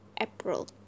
April